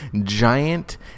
giant